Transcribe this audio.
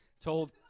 told